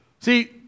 See